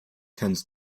tends